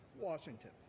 Washington